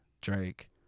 Drake